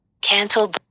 cancel